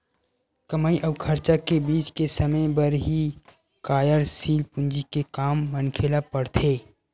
कमई अउ खरचा के बीच के समे बर ही कारयसील पूंजी के काम मनखे ल पड़थे